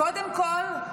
קודם כול,